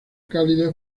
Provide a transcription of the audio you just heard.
cálido